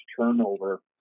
turnover